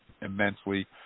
immensely